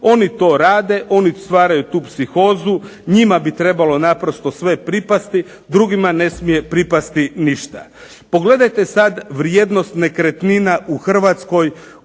Oni to rade. Oni stvaraju tu psihozu. Njima bi trebalo naprosto sve pripasti, drugima ne smije pripasti ništa. Pogledajte sad vrijednost nekretnina u Hrvatskoj